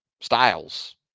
styles